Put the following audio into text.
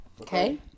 Okay